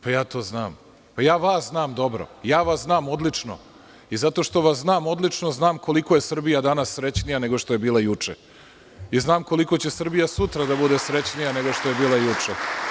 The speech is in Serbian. Ja to znam, ja vas znam dobro, znam vas odlično i zato što vas znam odlično, znam koliko je Srbija danas srećnija nego što je bila juče i znam koliko će Srbija sutra da bude srećnija nego što je juče.